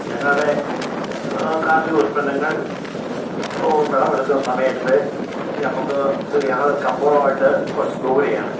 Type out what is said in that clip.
ഞങ്ങളുടെ കാർഷിക ഉൽപ്പന്നങ്ങൾ വിളവെടുക്കുന്ന സമയത്ത് നമുക്ക് ഞങ്ങൾ കമ്പോളമായിട്ട് കുറച്ച് ദൂരെയാണ്